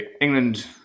England